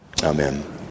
Amen